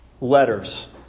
letters